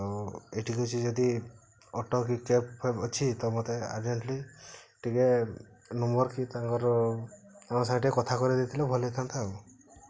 ଆଉ ଏଠି କି ସେ ଯଦି ଅଟୋ କି କ୍ୟାବ୍ ଫ୍ୟାବ୍ ଅଛି ତ ମତେ ଅର୍ଜେଣ୍ଟଲି ଟିକେ ନମ୍ବର୍ କି ତାଙ୍କର ତାଙ୍କ ସାଥେ ଟିକେ କଥା କରେଇ ଦେଇଥିଲେ ଭଲ ହୋଇଥା'ନ୍ତା